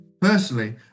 Personally